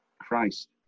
Christ